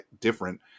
different